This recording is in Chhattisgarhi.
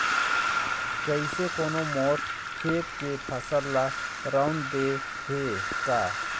कइसे कोनो मोर खेत के फसल ल रंउद दे हे का?